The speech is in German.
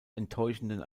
enttäuschenden